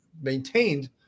maintained